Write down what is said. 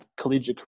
collegiate